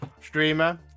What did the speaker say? streamer